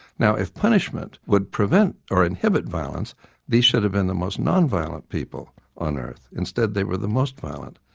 now if punishment would prevent or inhibit violence these should have been the most non-violent people on earth, instead they were the most violent.